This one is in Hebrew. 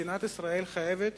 מדינת ישראל חייבת